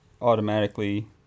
automatically